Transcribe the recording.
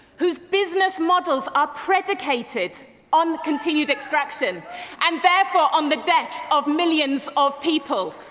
whose business models are predicated on continued extraction and therefore on the deaths of millions of people.